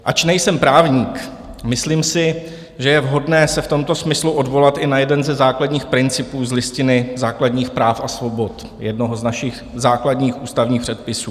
Ač nejsem právník, myslím si, že je vhodné se v tomto smyslu odvolat i na jeden ze základních principů z Listiny základních práv a svobod, jednoho z našich základních ústavních předpisů.